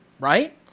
right